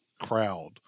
crowd